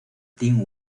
team